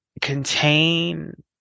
contain